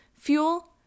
Fuel